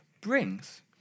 brings